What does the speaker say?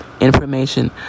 information